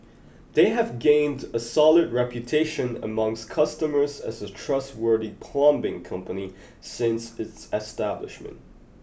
they have gained a solid reputation amongst customers as a trustworthy plumbing company since its establishment